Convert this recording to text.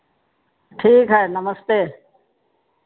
ठीक है नमस्ते